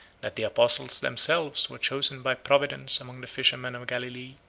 that the apostles themselves were chosen by providence among the fishermen of galilee,